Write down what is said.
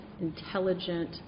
intelligent